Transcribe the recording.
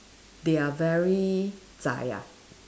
they are very zai ah